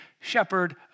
shepherd